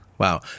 Wow